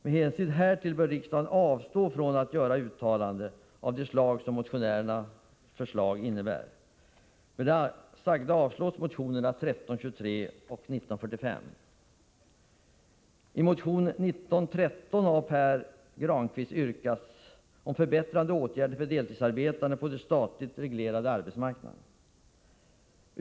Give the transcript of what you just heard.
Med hänsyn härtill bör riksdagen avstå från att göra ett uttalande av det slag som motionärerna föreslår.